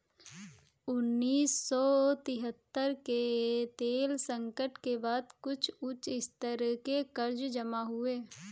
उन्नीस सौ तिहत्तर के तेल संकट के बाद कुछ उच्च स्तर के कर्ज जमा हुए